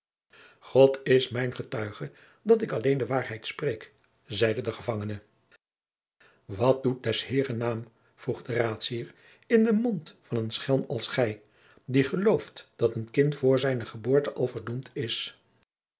god is mijn getuige dat ik alleen de waarheid spreek zeide de gevangene wat doet des heeren naam vroeg de raadsheer in den mond van een schelm als gij die gelooft dat een kind voor zijne geboorte al verdoemd is